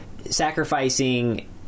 sacrificing